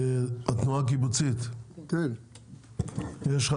התנועה הקיבוצית, יש לך